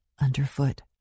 underfoot